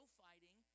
fighting